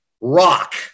rock